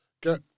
get